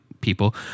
people